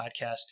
podcast